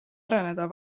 areneda